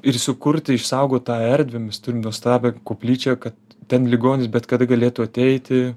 ir sukurti išsaugot tą erdvę mes turim nuostabią koplyčią kad ten ligonis bet kada galėtų ateiti